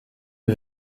est